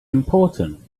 important